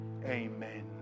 Amen